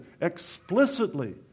explicitly